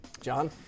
John